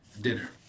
dinner